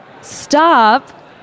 stop